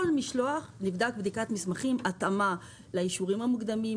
כל משלוח נבדק בדיקת מסמכים התאמה לאישורים המוקדמים,